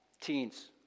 teens